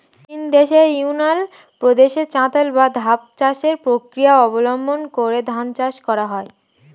চীনদেশের ইউনান প্রদেশে চাতাল বা ধাপ চাষের প্রক্রিয়া অবলম্বন করে ধান চাষ করা হয়